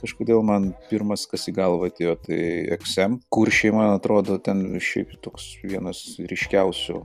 kažkodėl man pirmas kas į galvą atėjo tai apsent kur šiaip man atrodo ten šiaip toks vienas ryškiausių